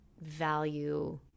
value